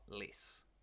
less